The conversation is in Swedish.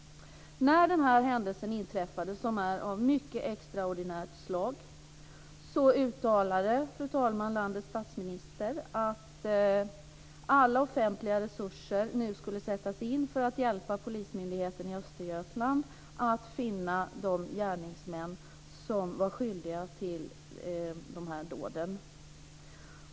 När den här händelsen inträffade, som är av mycket extraordinärt slag, uttalade landets statsminister att alla offentliga resurser nu skulle sättas in för att hjälpa polismyndigheten i Östergötland att finna de gärningsmän som var skyldiga till dessa dåd.